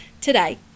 Today